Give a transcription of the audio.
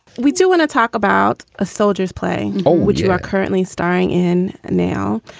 we do want to talk about a soldier's play. oh, would you are currently starring in now?